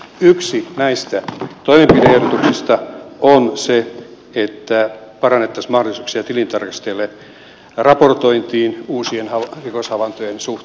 yksi näistä toimenpide ehdotuksista on se että parannettaisiin mahdollisuuksia tilintarkastajille raportointiin uusien rikoshavaintojen suhteen